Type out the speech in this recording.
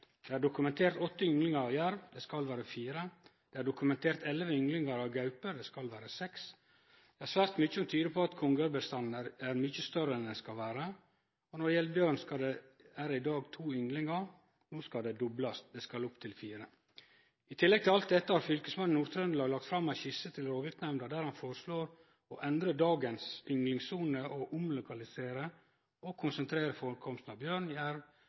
Det er dokumentert åtte ynglingar av jerv – det skal vere fire. Det er dokumentert elleve ynglingar av gaupe – det skal vere seks. Det er svært mykje som tyder på at kongeørnbestanden er mykje større enn han skal vere. Når det gjeld bjørn, er det i dag to ynglingar – det skal doblast, det skal opp til fire. I tillegg til alt dette har fylkesmannen i Nord-Trøndelag lagt fram ei skisse til rovviltnemnda der han føreslår å endre dagens ynglingssone og omlokalisere og konsentrere førekomsten av bjørn, jerv